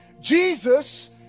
Jesus